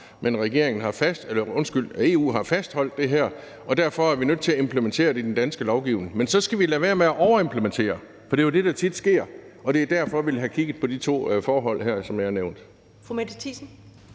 men EU har fastholdt det her, og derfor er vi nødt til at implementere det i den danske lovgivning. Men så skal vi lade være med at overimplementere. For det er jo det, der tit sker, og det er derfor, vi vil have kigget på de her to forhold, jeg har nævnt.